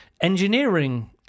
engineering